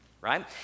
Right